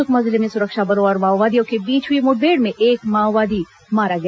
सुकमा जिले में सुरक्षा बलों और माओवादियों के बीच हुई मुठभेड़ में एक माओवादी मारा गया